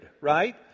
right